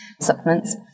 supplements